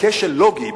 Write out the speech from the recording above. כשל לוגי,